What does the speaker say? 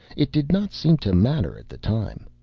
it did not seem to matter at the time.